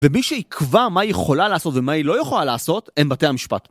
ומי שייקבע מה היא יכולה לעשות ומה היא לא יכולה לעשות הם בתי המשפט.